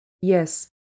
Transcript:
Yes